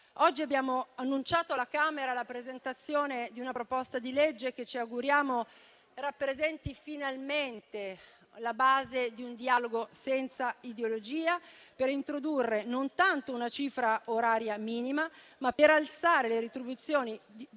abbiamo annunciato la presentazione di una proposta di legge che ci auguriamo rappresenti finalmente la base di un dialogo senza ideologia, non tanto per introdurre una cifra oraria minima, ma per alzare le retribuzioni di